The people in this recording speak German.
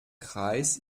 kreis